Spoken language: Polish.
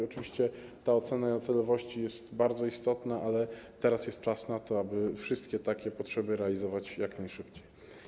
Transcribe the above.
Oczywiście ocena celowości jest bardzo istotna, ale teraz jest czas na to, aby wszystkie takie potrzeby realizować jak najszybciej.